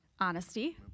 Honesty